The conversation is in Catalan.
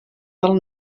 del